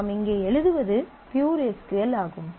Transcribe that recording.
நாம் இங்கே எழுதுவது பியூர் எஸ் க்யூ எல் ஆகும்